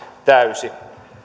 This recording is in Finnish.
täysi